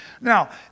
Now